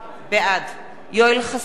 בעד יואל חסון,